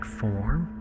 form